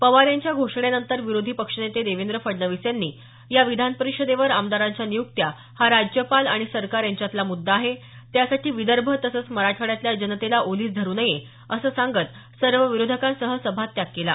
पवार यांच्या घोषणेनंतर विरोधी पक्षनेते देवेंद्र फडणवीस यांनी या विधान परिषदेवर आमदारांच्या नियुक्त्या हा राज्यपाल आणि सरकार यांच्यातला मुद्दा आहे त्यासाठी विदर्भ तसंच मराठवाड्यातल्या जनतेला ओलीस धरू नये असं सांगत सर्व विरोधकांसह सभात्याग केला